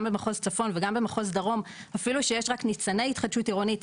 גם במחוז צפון וגם במחוז דרום אפילו שיש רק ניצני התחדשות עירונית,